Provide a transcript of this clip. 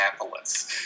Annapolis